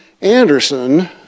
Anderson